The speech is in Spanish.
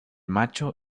macho